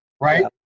right